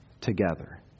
together